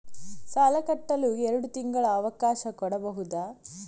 ಸಾಲ ಕಟ್ಟಲು ಎರಡು ತಿಂಗಳ ಅವಕಾಶ ಕೊಡಬಹುದಾ?